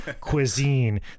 cuisine